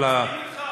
מסכים אתך,